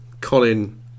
Colin